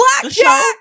Blackjack